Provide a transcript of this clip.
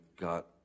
got